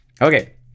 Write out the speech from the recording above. Okay